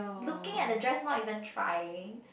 looking at the dress not even trying